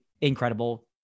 incredible